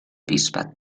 bisbat